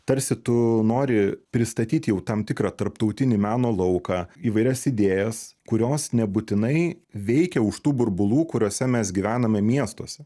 tarsi tu nori pristatyti jau tam tikrą tarptautinį meno lauką įvairias idėjas kurios nebūtinai veikia už tų burbulų kuriuose mes gyvename miestuose